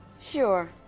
Sure